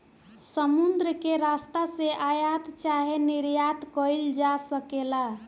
समुद्र के रस्ता से आयात चाहे निर्यात कईल जा सकेला